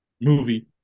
movie